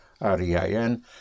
R-E-I-N